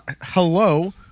Hello